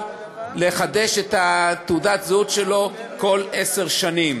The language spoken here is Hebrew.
לחדש את תעודת הזהות שלו בכל עשר שנים.